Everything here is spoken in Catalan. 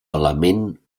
element